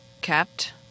kept